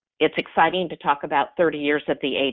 it's exciting to talk about thirty years of the ada.